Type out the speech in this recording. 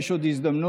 יש עוד הזדמנות,